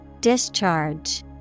Discharge